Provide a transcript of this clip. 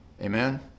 Amen